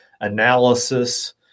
analysis